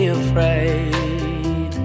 afraid